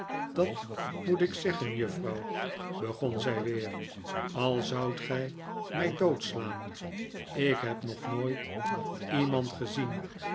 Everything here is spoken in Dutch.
dat moet ik zeggen juffrouw begon zij weer al zoudt gij mij doodslaan ik heb nog nooit iemand gezien